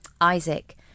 Isaac